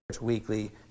weekly